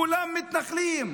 כולם מתנחלים.